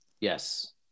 Yes